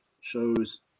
shows